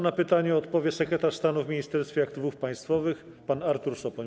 Na pytanie odpowie sekretarz stanu w Ministerstwie Aktywów Państwowych pan Artur Soboń.